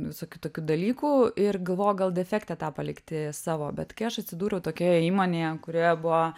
visokių tokių dalykų ir galvojau gal defekte tą palikti savo bet kai aš atsidūriau tokioje įmonėje kurioje buvo